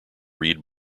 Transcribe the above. reed